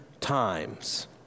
times